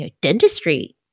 dentistry